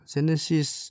Genesis